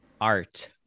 art